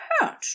hurt